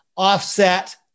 Offset